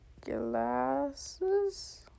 glasses